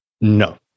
No